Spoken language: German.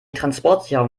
transportsicherung